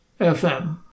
FM